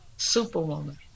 Superwoman